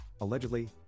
allegedly